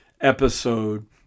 episode